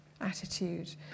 attitude